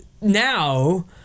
now